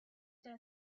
della